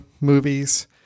movies